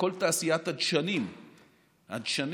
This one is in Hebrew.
וכול תעשיית הדשנים לחקלאות,